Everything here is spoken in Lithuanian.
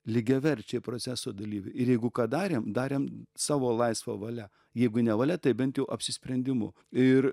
lygiaverčiai proceso dalyviai ir jeigu ką darėm darėm savo laisva valia jeigu ne valia tai bent jau apsisprendimu ir